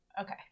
Okay